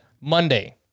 Monday